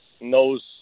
knows